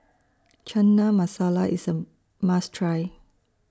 Chana Masala IS A must Try